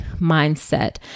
mindset